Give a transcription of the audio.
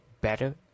better